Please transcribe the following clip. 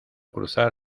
cruzar